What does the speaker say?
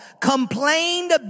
complained